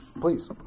please